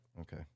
Okay